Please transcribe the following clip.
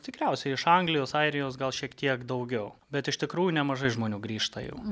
tikriausiai iš anglijos airijos gal šiek tiek daugiau bet iš tikrųjų nemažai žmonių grįžta jau